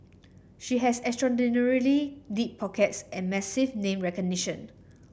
she has extraordinarily deep pockets and massive name recognition